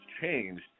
changed